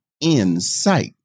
insight